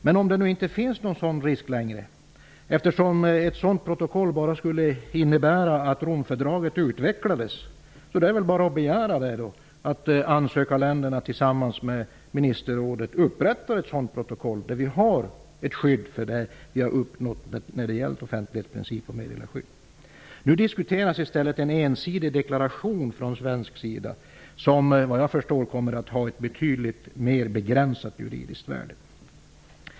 Men om det nu inte längre finns någon sådan risk, eftersom ett sådant protokoll bara skulle innebära att Romfördraget utvecklades, är det väl bara att begära att ansökarländerna tillsammans med ministerrådet upprättar ett protokoll där det ges ett skydd för det som vi har uppnått i form av offentlighetsprincip och meddelarskydd. Nu diskuteras i stället en ensidig deklaration från svensk sida, som såvitt jag förstår kommer att ha ett betydligt mer begränsat juridiskt värde.